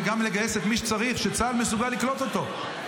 וגם לגייס את מי שצריך ושצה"ל מסוגל לקלוט אותו.